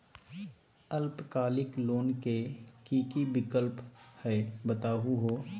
अल्पकालिक लोन के कि कि विक्लप हई बताहु हो?